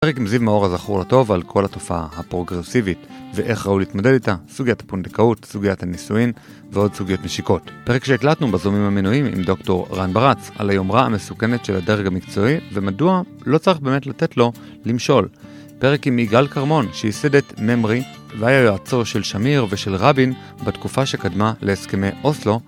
פרק מזיו מאור הזכור לטוב על כל התופעה הפרוגרסיבית ואיך ראו להתמדד איתה, סוגיית הפונדקאות, סוגיית הנישואין ועוד סוגיות נשיקות פרק שהקלטנו בזומים המנויים עם דוקטור רן ברץ על היומרה המסוכנת של הדרג המקצועי ומדוע לא צריך באמת לתת לו למשול פרק עם יגאל כרמון שייסד את ממרי והיה יועצו של שמיר ושל רבין בתקופה שקדמה להסכמי אוסלו